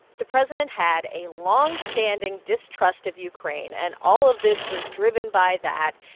the president had a long-standing distrust of ukraine, and all of this was driven by that.